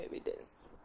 evidence